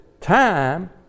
time